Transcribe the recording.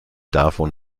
davon